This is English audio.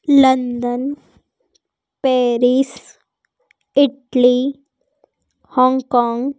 London Paris Italy Hong Kong